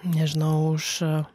nežinau už